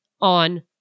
on